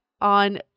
on